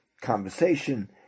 conversation